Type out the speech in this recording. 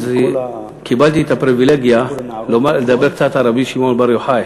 אז קיבלתי את הפריבילגיה לדבר קצת על רבי שמעון בר יוחאי